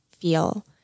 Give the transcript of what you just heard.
feel